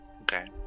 Okay